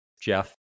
Jeff